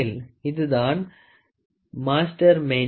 இதுதான் master main scale